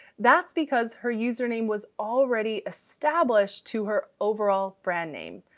that's because her username was already established to her overall brand name.